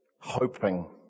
hoping